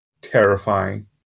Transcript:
terrifying